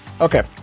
Okay